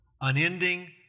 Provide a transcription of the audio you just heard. unending